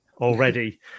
already